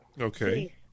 Okay